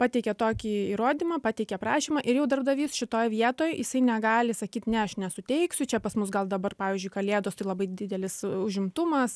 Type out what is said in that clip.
pateikė tokį įrodymą pateikė prašymą ir jau darbdavys šitoj vietoj jisai negali sakyt ne aš nesuteiksiu čia pas mus gal dabar pavyzdžiui kalėdos tai labai didelis užimtumas